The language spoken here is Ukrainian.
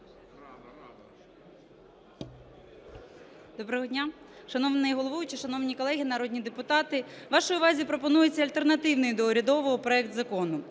Доброго дня. Шановний головуючий, шановні колеги народні депутати, вашій увазі пропонується альтернативний до урядового проект закону.